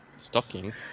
Stockings